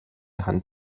hand